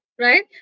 Right